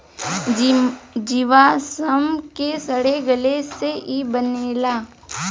जीवाश्म के सड़े गले से ई बनेला